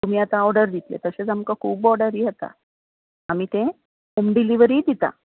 तुमी आतां ऑर्डर दितले तशेंच आमकां खूब ऑर्डरी येता आमी तें होम डिलीवरीय दिता